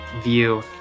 view